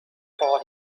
for